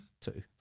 two